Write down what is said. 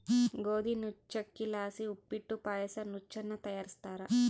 ಗೋದಿ ನುಚ್ಚಕ್ಕಿಲಾಸಿ ಉಪ್ಪಿಟ್ಟು ಪಾಯಸ ನುಚ್ಚನ್ನ ತಯಾರಿಸ್ತಾರ